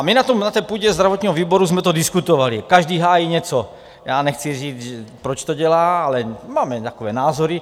My na té půdě zdravotního výboru jsme to diskutovali, každý hájí něco, nechci říct, proč to dělá, ale máme takové názory.